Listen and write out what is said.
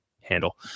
handle